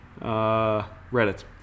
Reddit